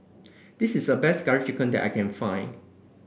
this is a best Curry Chicken that I can find